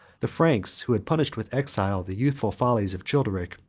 the franks, who had punished with exile the youthful follies of childeric,